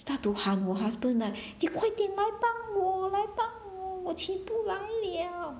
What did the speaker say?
start to 喊我 husband eh 你快点来帮我来帮我我起不来 liao